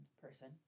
person